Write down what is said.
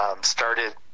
started